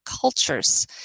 cultures